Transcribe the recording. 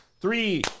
three